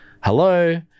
Hello